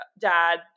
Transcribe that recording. dad